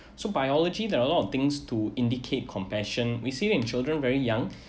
so biology there are a lot of things to indicate compassion we see it in children very young